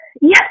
yes